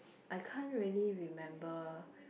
I can't really remember